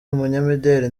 umunyamideli